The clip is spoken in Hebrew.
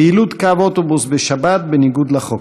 פעילות קו אוטובוס בשבת בניגוד לחוק.